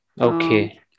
Okay